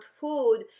food